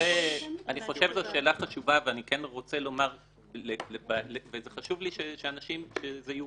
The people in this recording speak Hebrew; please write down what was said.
חושב שזו שאלה חשובה וחשוב לי שזה יובן: